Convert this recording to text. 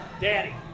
daddy